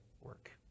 work